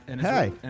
Hey